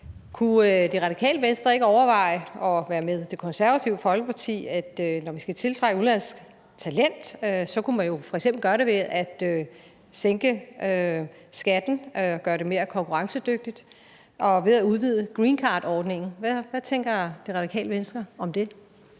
kunne Det Radikale Venstre ikke sammen med Det Konservative Folkeparti være med til at overveje, om man, når vi skal tiltrække udenlandsk talent, f.eks. kunne gøre det ved at sænke skatten og gøre det mere konkurrencedygtigt og ved at udvide greencardordningen? Hvad tænker Det Radikale Venstre om det?